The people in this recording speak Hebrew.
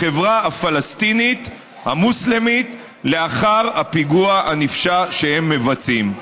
בחברה הפלסטינית המוסלמית לאחר הפיגוע הנפשע שהם מבצעים.